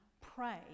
pray